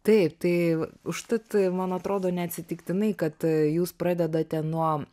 taip tai užtat man atrodo neatsitiktinai kad jūs pradedate nuo